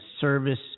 service